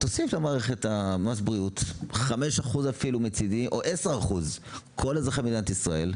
תוסיף למערכת מס בריאות 5% או 10% לכל אזרחי מדינת ישראל,